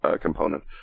component